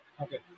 Okay